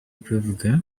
kubivuga